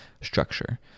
structure